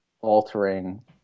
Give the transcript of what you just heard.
altering